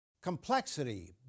Complexity